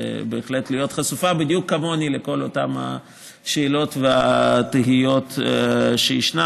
ובהחלט להיות חשופה בדיוק כמוני לכל אותן השאלות והתהיות שישנן.